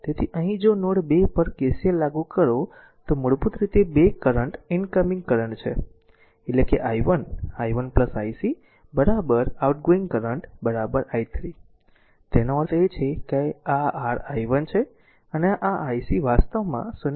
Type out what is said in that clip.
તેથી અહીં જો નોડ 2 પર KCL લાગુ કરો તો મૂળભૂત રીતે 2 2 કરંટ ઇનકમિંગ કરંટ છે એટલે કે i1 i1 ic outgoing current i3 તેનો અર્થ છે કે આ r i1 છે અને આ ic વાસ્તવમાં 0